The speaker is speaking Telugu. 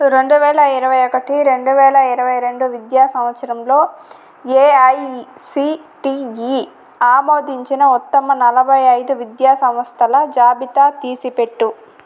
రెండు వేల ఇరవై ఒకటి రెండు వేల ఇరవై రెండు విద్యా సంవత్సరంలో ఏఐసిటిఈ ఆమోదించిన ఉత్తమ నలభై ఐదు విద్యా సంస్థల జాబితా తీసిపెట్టు